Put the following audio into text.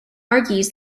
argues